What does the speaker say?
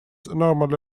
normally